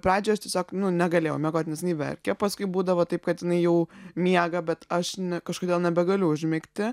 pradžioj aš tiesiog negalėjau miegot nes jinai verkė paskui būdavo taip kad jinai jau miega bet aš kažkodėl nebegaliu užmigti